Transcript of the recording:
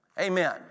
Amen